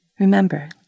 Remember